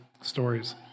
stories